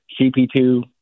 CP2